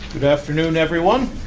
good afternoon, everyone.